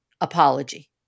apology